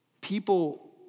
people